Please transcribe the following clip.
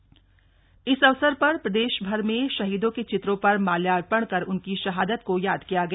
प्रदेश करगिल दिवस इस अवसर पर प्रदेश भर में शहीदों के चित्रों पर माल्यार्पण कर उनकी शहादत को याद किया गया